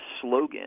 slogan